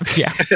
yeah.